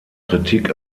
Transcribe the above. kritik